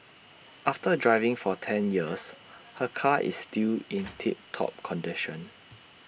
after driving for ten years her car is still in tip top condition